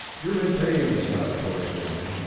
you're maintaining these laboratories for me,